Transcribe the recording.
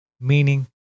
meaning